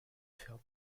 fermée